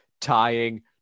tying